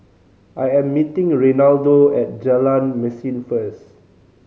I am meeting Reinaldo at Jalan Mesin first